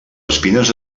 espines